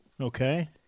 Okay